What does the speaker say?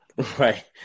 right